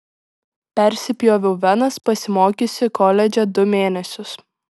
persipjoviau venas pasimokiusi koledže du mėnesius